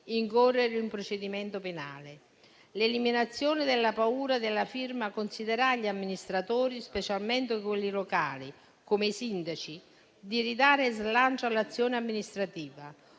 incorrere in un procedimento penale. L'eliminazione della paura della firma consentirà agli amministratori, specialmente quelli locali, come i sindaci, di ridare slancio all'azione amministrativa,